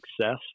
success